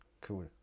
Cool